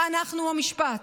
אנחנו המשפט,